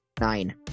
nine